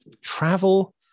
travel